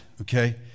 okay